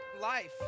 life